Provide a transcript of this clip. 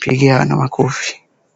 pigiana makofi.